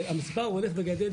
המספר הולך וגדל.